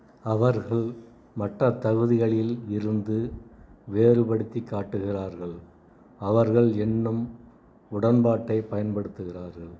அவர்கள் மற்ற தகுதிகளில் இருந்து வேறுபடுத்திக் காட்டுகிறார்கள் அவர்கள் எண்ணும் உடன்பாட்டைப் பயன்படுத்துகிறார்கள்